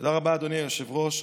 תודה רבה, אדוני היושב-ראש.